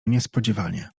niespodziewanie